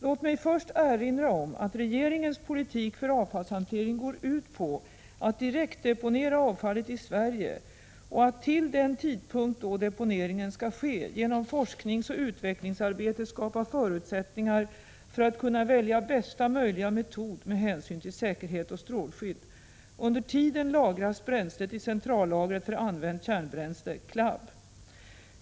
Låt mig först erinra om att regeringens politik för avfallshantering går ut på att direktdeponera avfallet i Sverige och att, till den tidpunkt då deponeringen skall ske, genom forskningsoch utvecklingsarbete skapa förutsättningar för att kunna välja bästa möjliga metod med hänsyn till säkerhet och strålskydd. Under tiden lagras bränslet i centrallagret för använt kärnbränsle, CLAB.